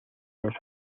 los